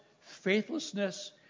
faithlessness